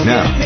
Now